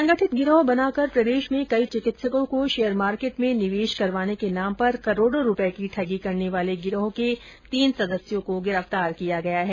संगठित गिरोह बनाकर प्रदेश में कई चिकित्सको को शेयर मार्केट में निवेश करवाने के नाम पर करोड़ो रूपये की ठगी करने वाले गिरोह के तीन सदस्यों को गिरफ्तार किया गया है